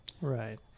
Right